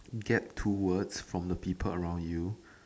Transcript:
get towards from the people around you